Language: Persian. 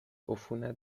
عفونت